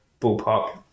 ballpark